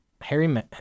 Harry